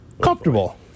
Comfortable